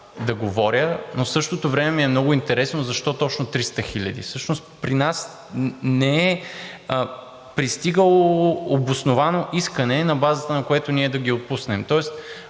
да говоря. Но в същото време ми е много интересно защо точно 300 хиляди. Всъщност при нас не е пристигало обосновано искане, на базата на което ние да ги отпуснем.